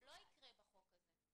לא יקרה בחוק הזה.